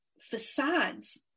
facades